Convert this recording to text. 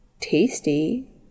tasty